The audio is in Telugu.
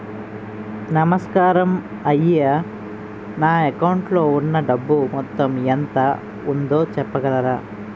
నమస్కారం అయ్యా నా అకౌంట్ లో ఉన్నా డబ్బు మొత్తం ఎంత ఉందో చెప్పగలరా?